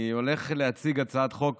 אני הולך להציג הצעת חוק